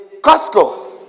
Costco